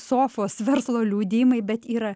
sofos verslo liudijimai bet yra